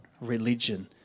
religion